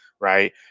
right